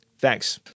Thanks